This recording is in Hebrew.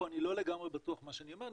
פה אני לא לגמרי בטוח במה שאני אומר,